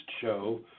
Show